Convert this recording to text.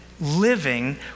living